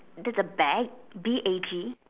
that's a bag B A G